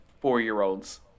four-year-olds